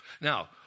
Now